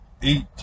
eat